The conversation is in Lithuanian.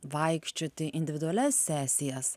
vaikščioti individualias sesijas